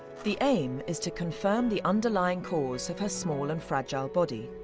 the aim is to confirm the underlying cause of her small and fragile body.